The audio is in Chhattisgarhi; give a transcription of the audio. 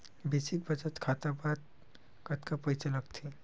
बेसिक बचत खाता बर कतका पईसा लगथे?